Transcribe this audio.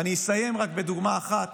ואסיים רק בדוגמה אחת